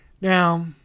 Now